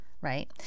right